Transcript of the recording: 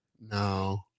No